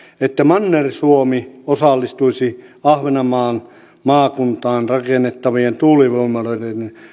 että manner suomi osallistuisi ahvenanmaan maakuntaan rakennettavien tuulivoimaloiden